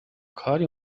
کاری